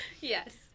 yes